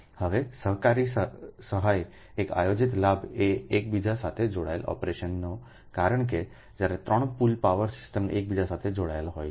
હવે સહકારી સહાય એક આયોજિત લાભ એ એકબીજા સાથે જોડાયેલા ઓપરેશનનો છે કારણ કે જ્યારે 3 પૂલ પાવર સિસ્ટમ્સ એકબીજા સાથે જોડાયેલી હોય છે